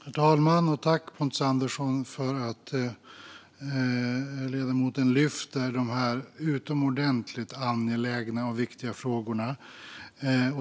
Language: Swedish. Herr talman! Tack, Pontus Andersson, för att ledamoten lyfter de här utomordentligt angelägna och viktiga frågorna!